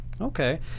Okay